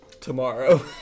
tomorrow